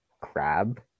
crab